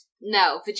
no